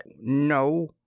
no